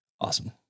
Awesome